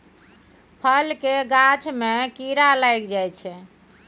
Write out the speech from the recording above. फल केर गाछ मे कीड़ा लागि जाइ छै